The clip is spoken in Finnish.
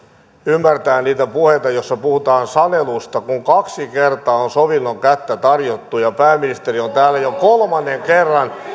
ymmärtää niitä puheita joissa puhutaan sanelusta kun kaksi kertaa on sovinnon kättä tarjottu ja pääministeri on täällä jo kolmannen kerran